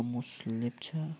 Amos Lepcha